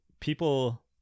people